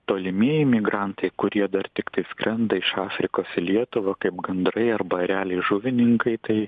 tolimieji migrantai kurie dar tiktai skrenda iš afrikos į lietuvą kaip gandrai arba ereliai žuvininkai tai